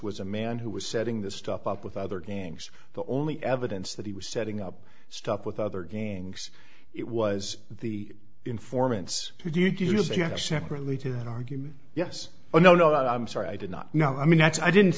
was a man who was setting this stuff up with other gangs the only evidence that he was setting up stuff with other gangs it was the informants who do you think separately to that argument yes or no no i'm sorry i did not know i mean that's i didn't